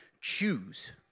choose